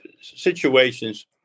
situations